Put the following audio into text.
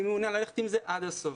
שהוא מעוניין ללכת עם זה עד הסוף,